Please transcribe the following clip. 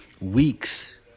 weeks